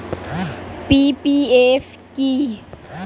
PPF কি?